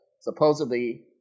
supposedly